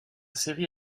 série